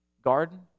garden